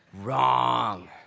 Wrong